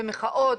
במחאות,